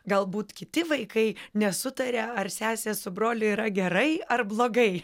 galbūt kiti vaikai nesutaria ar sesės su broliu yra gerai ar blogai